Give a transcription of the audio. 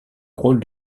rôle